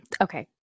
Okay